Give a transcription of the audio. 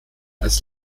als